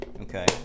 Okay